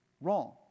wrong